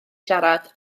siarad